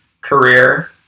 career